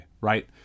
right